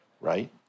Right